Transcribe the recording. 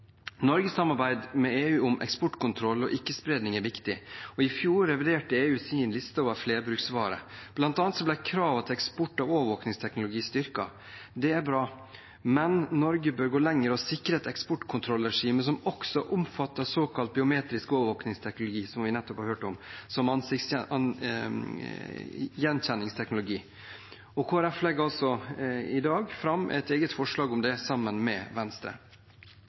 Norges samarbeid med EU om eksportkontroll og ikke-spredning er viktig, og i fjor reviderte EU sin liste over flerbruksvarer. Blant annet ble kravene til eksport av overvåkingsteknologi styrket. Det er bra, men Norge bør gå lenger og sikre et eksportkontrollregime som også omfatter såkalt biometrisk overvåkingsteknologi, som vi nettopp har hørt om, som ansiktsgjenkjenningsteknologi. Kristelig Folkeparti legger da også i dag fram et eget forslag om det, sammen med Venstre.